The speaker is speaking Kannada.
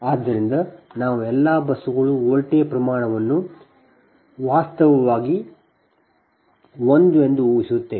ಆದ್ದರಿಂದ ನಾವು ಎಲ್ಲಾ ಬಸ್ಸುಗಳು ವೋಲ್ಟೇಜ್ ಪ್ರಮಾಣವನ್ನು ವಾಸ್ತವವಾಗಿ 1 ಎಂದು ಊಹಿಸುತ್ತೇವೆ